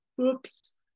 oops